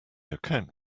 account